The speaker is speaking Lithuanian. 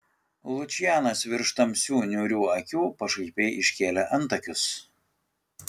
lučianas virš tamsių niūrių akių pašaipiai iškėlė antakius